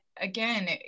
again